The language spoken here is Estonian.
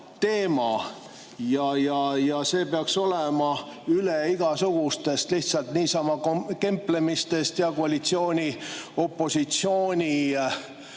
ja see peaks olema üle igasugustest lihtsalt niisama kemplemistest ja koalitsiooni‑opositsiooni mingitest